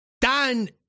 Dan